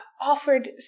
offered